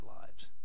lives